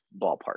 ballpark